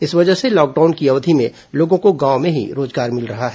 इस वजह से लॉकडाउन की अवधि में लोगों को गांव में ही रोजगार मिल रहा है